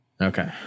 Okay